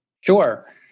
Sure